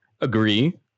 agree